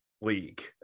league